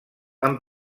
amb